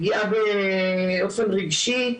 פגיעה באופן רגשי,